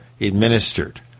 administered